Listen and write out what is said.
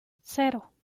cero